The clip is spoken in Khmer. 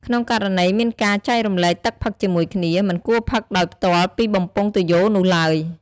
ក្នុងករណីមានការចែករំលែកទឹកផឹកជាមួយគ្នា មិនគួរផឹកដោយផ្ទាល់ពីបំពង់ទុយោនោះឡើយ។